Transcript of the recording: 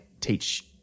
Teach